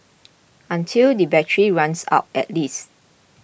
until the battery runs out at least